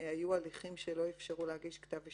היו הליכים שלא אפשרו להגיש כתב אישום,